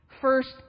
First